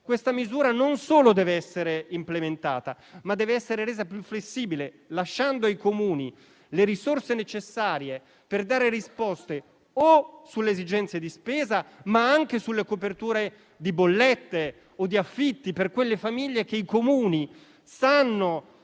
Questa misura non solo deve essere implementata, ma deve essere resa più flessibile, lasciando ai Comuni le risorse necessarie per dare risposte sulle esigenze di spesa, ma anche sulle coperture di bollette o di affitti per quelle famiglie che i Comuni stessi sanno